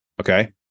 okay